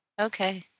Okay